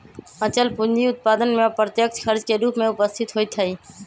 अचल पूंजी उत्पादन में अप्रत्यक्ष खर्च के रूप में उपस्थित होइत हइ